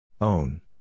Own